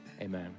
amen